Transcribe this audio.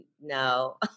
no